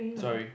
sorry